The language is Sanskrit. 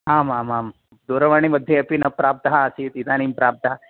आम् आम् आं दूरवाणीमध्ये अपि न प्राप्तः आसीत् इदानीं प्राप्तः